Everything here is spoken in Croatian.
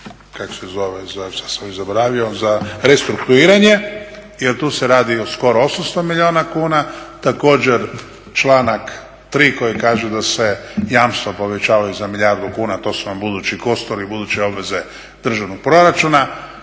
za restrukturiranje, jer tu se radi o skoro 800 milijuna kuna, također članak 3. koji kaže da se jamstvo povećava za milijardu kuna to su vam budući kosturi, buduće obveze državnog proračuna.